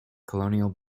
colonial